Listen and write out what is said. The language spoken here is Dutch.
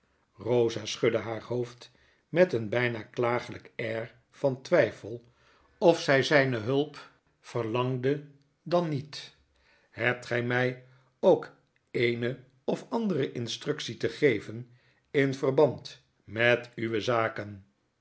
rosa schudde haar hoofd met een byna klagelijk air van twyfel of zy zyne hulp verlangde dan niet hebt gij my ook eene of andere instructie te geven in verband met uwe zaken